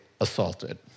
assaulted